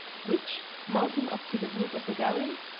which, mounting up to the roof of the gallery,